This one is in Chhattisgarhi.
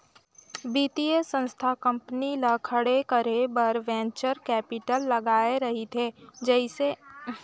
बित्तीय संस्था कंपनी ल खड़े करे बर वेंचर कैपिटल लगाए रहिथे जइसे खड़े होथे ताहले कंपनी कर जग हिस्सादारी बेंच कर निकल जाथे